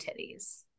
titties